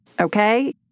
Okay